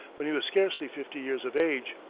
when he was scarcely fifty years of age.